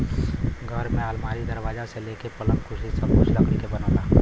घर में अलमारी, दरवाजा से लेके पलंग, कुर्सी सब कुछ लकड़ी से बनला